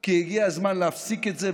כי הגיע הזמן להפסיק את זה.